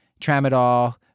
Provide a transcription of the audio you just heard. tramadol